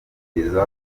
kugeza